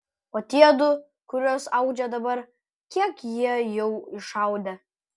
o tie du kuriuos audžia dabar kiek jie jau išaudė